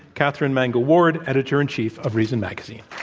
katherine mangu-ward, editor in chief of reason magazine.